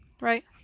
right